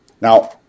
now